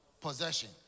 Possession